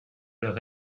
leur